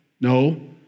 No